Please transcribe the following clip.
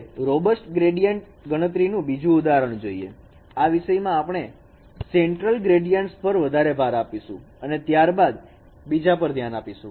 હવે robust gradients ગણતરી નુંબીજું ઉદાહરણ જોઇએ આ વિષયમાં આપણે સેન્ટ્રલ ગ્રેડીયાન્ટસ પર વધારે ભાર આપીશું અને ત્યારબાદ બીજા પર ભાર આપીશુ